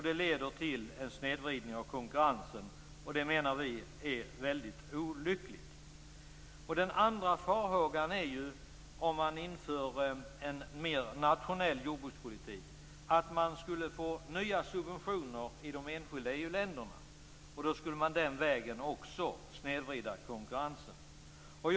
Det leder till en snedvridning av konkurrensen. Det menar vi är väldigt olyckligt. Den andra farhågan är att man, om man inför en mer nationell jordbrukspolitik, skulle få nya subventioner i de enskilda EU-länderna. Då skulle man snedvrida konkurrensen även den vägen.